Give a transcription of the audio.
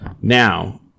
Now